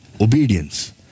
Obedience